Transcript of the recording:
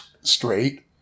straight